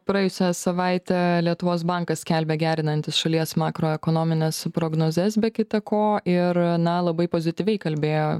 praėjusią savaitę lietuvos bankas skelbia gerinantis šalies makroekonomines prognozes be kita ko ir na labai pozityviai kalbėjo